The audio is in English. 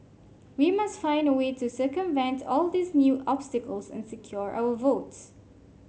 we must find a way to circumvent all these new obstacles and secure our votes